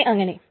അങ്ങനെ അങ്ങനെ